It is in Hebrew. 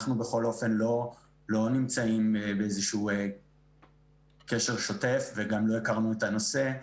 אנחנו לא נמצאים באיזשהו קשר שוטף וגם לא הכרנו את הנושא.